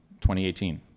2018